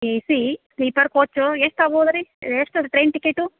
A C sleeper coach ಎಷ್ಟು ಆಗ್ಬೋದು ರೀ ಎಷ್ಟು ಅದು ಟ್ರೇನ್ ಟಿಕೆಟು